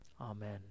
Amen